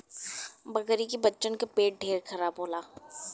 बकरी के बच्चन के पेट ढेर खराब होला